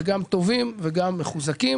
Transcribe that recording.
טובים ומחוזקים.